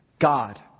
God